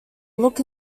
look